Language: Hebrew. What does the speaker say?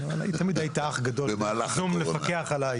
תמיד היית אח גדול בזום מפקח עליי